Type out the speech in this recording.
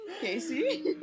Casey